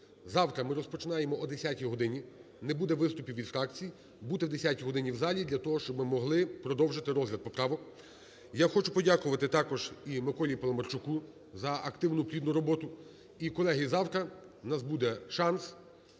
завтра ми розпочинаємо о 10 годині, не буде виступів від фракцій, бути о 10 годині в залі для того, щоб ми могли продовжити розгляд поправок. Я хочу подякувати також і Миколі Паламарчуку за активну, плідну роботу. І колеги, завтра у нас буде шанс